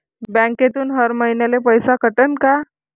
बँकेतून हर महिन्याले पैसा कटन का?